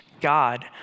God